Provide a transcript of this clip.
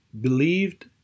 believed